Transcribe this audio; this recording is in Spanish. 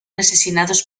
asesinados